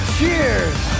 Cheers